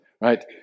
right